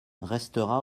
restera